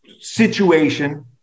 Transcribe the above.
situation